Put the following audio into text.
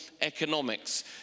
economics